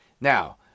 Now